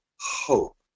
hope